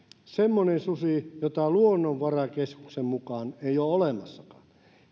semmoinen susi jota luonnonvarakeskuksen mukaan ei ole olemassakaan